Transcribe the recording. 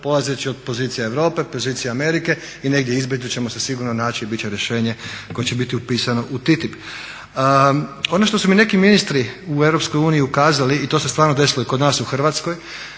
polazeći od pozicija Europe, pozicije Amerike i negdje između ćemo se sigurno naći i bit će rješenje koje će biti upisano u TTIP. Ono što su mi neki ministri u Europskoj uniji ukazali i to se stvarno desilo i kod nas u Hrvatskoj,